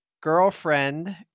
Girlfriend